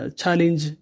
challenge